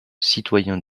citoyen